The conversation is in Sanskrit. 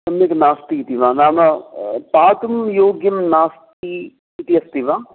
सम्यक् नास्ति इति वा नाम पातुं योग्यं नास्ति इति अस्ति वा